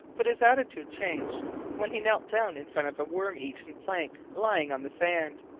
but his attitude changed when he knelt down in front of a worm-eaten plank lying on the sand.